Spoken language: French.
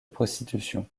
prostitution